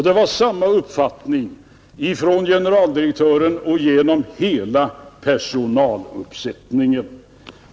Det var samma uppfattning från generaldirektören och genom hela personaluppsättningen.